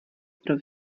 pro